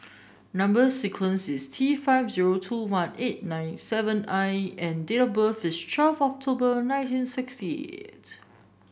number sequence is T five zero two one eight nine seven I and date of birth is twelve October nineteen sixty eight